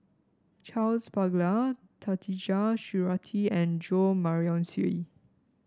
Charles Paglar Khatijah Surattee and Jo Marion Seow